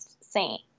saint